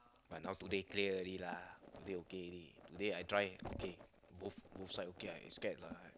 but now today clear already lah today okay already today I drive okay both both side okay already I scared lah